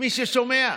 ומי ששומע,